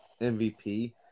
MVP